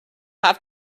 have